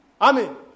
Amen